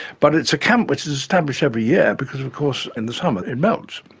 but it's a camp which is established every year because of course in the summer it melts.